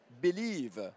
believe